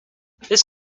this